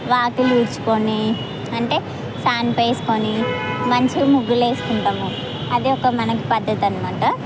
వాకిలి ఊడ్చుకొని అంటే సాన్పు వేసుకుని మంచిగా ముగ్గులు వేసుకుంటాము అది ఒక మనకి పద్ధతి అన్నమాట